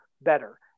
better